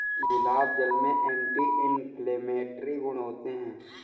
गुलाब जल में anti inflammatory गुण होते हैं